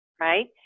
right